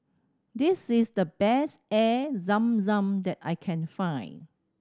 this is the best Air Zam Zam that I can find